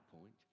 point